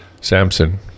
Samson